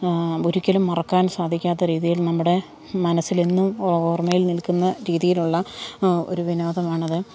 ഒരിക്കലും മറക്കാൻ സാധിക്കാത്ത രീതിയിൽ നമ്മുടെ മനസ്സിൽ എന്നും ഓർമയിൽ നിൽക്കുന്ന രീതിയിലുള്ള ഒരു വിനോദമാണത്